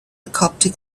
coptic